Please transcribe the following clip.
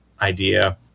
idea